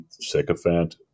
sycophant